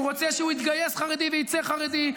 הוא רוצה להתגייס חרדי ולצאת חרדי.